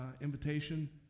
invitation